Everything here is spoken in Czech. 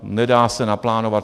Nedá se to naplánovat.